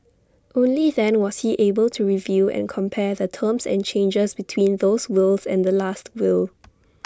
only then was he able to review and compare the terms and changes between those wills and the Last Will